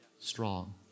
strong